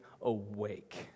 awake